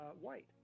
white